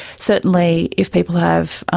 certainly if people have